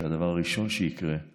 שהדבר הראשון שיקרה הוא